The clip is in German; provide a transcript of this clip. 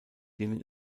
denen